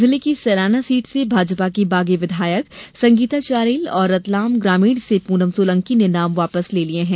जिले की सैलाना सीट से भाजपा की बागी विधायक संगीता चारेल और रतलाम ग्रामीण से पूनम सोलंकी ने नाम वापस ले लिए हैं